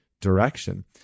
direction